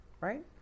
Right